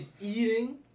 Eating